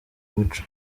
muco